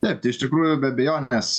ne tai iš tikrųjų be abejonės